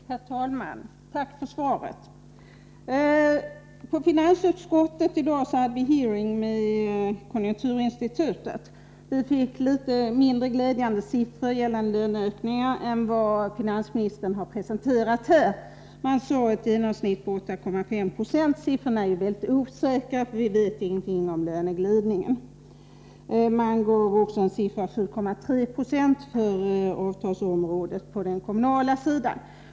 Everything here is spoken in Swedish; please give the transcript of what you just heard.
Herr talman! Jag tackar för svaret. I finansutskottet hade vi i dag en hearing med konjunkturinstitutet. Vi fick då ta del av litet mindre glädjande siffror när det gäller löneökningarna än de finansministern presenterat här. Man nämnde ett genomsnitt på 8,5 96. Siffrorna är emellertid väldigt osäkra, eftersom vi inte vet någonting om löneglidningen. Man angav även siffran 7,3 70 för avtalsområdet på den kommunala sidan.